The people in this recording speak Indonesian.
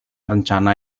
rencana